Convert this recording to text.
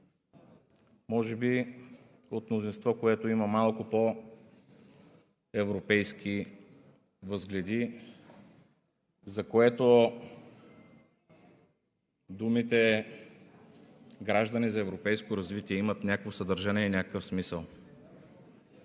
може би от мнозинство, което има малко пό европейски възгледи, за което думите „Граждани за европейско развитие“ имат някакво съдържание и някакъв смисъл.